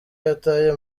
yataye